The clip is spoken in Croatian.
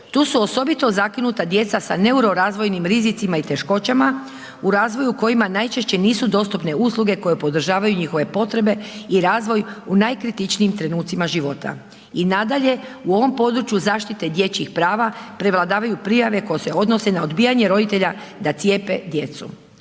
Tu su osobito zakinuta djeca sa neurorazvojnim rizicima i teškoćama u razvoju kojima najčešće nisu dostupne usluge koje podržavaju njihove potrebe i razvoj u najkritičnijim trenucima života. I nadalje, u ovom području zaštite dječjih prava prevladavaju prijave koje se odnose na odbijanje roditelja da cijepe djecu.